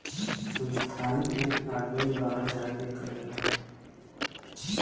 संस्थानिक मे आदमी बाहर जा के करेला